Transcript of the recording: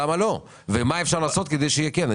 למה לא ומה אפשר לעשות כדי שיהיה כן.